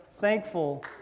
thankful